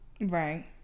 Right